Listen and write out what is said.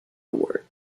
award